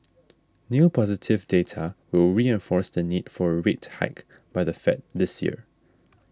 new positive data will reinforce the need for a rate hike by the Fed this year